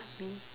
me